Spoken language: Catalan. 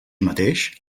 mateix